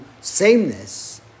sameness